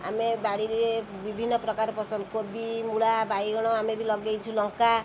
ଆମେ ବାଡ଼ିରେ ବିଭିନ୍ନ ପ୍ରକାର ପସନ୍ଦ କୋବି ମୂଳା ବାଇଗଣ ଆମେ ବି ଲଗାଇଛୁ ଲଙ୍କା